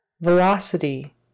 Velocity